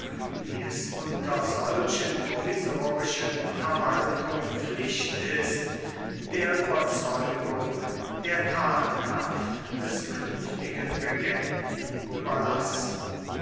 wie es unter solchen provisorischen verwaltungen pflicht ist der überzeugung der tatkraft des künftigen regenten überlassen